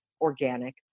organic